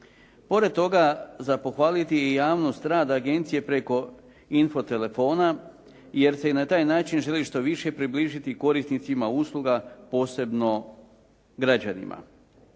Pored toga za pohvaliti je i javnost rada agencije preko info telefona, jer se i na taj način želi što više približiti korisnicima usluga posebno građanima.